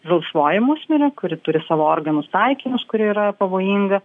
žalsvoji musmirė kuri turi savo organus taikinius kuri yra pavojinga